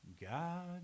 God